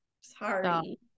sorry